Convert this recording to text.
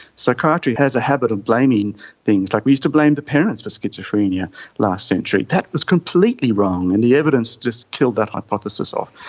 psychiatry has a habit of blaming things, like, we used to blame the parents for schizophrenia last century. that was completely wrong and the evidence just killed that hypothesis off.